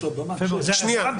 שנייה.